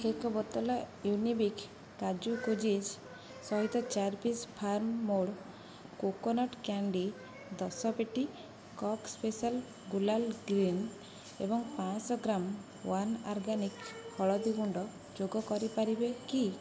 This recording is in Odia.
ଏକ ବୋତଲ ୟୁନିବିକ୍ କାଜୁ କୁକିଜ୍ ସହିତ ଚାରି piece farm made coconut candy ଦଶ ପେଟି କକ୍ ସ୍ପେଶାଲ୍ ଗୁଲାଲ୍ ଗ୍ରୀନ୍ ଏବଂ ପାଞ୍ଚଶହ ଗ୍ରାମ ୱାନ୍ ଅର୍ଗାନିକ ହଳଦୀ ଗୁଣ୍ଡ ଯୋଗ କରିପାରିବେ କି